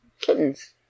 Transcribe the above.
Kittens